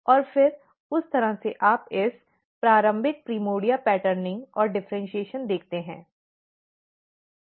और फिर उस तरह से आप प्रारंभिक प्राइमर्डिया पैटर्निंग और डिफ़र्इन्शीएशन देखते हैं